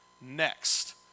next